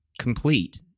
complete